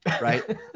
right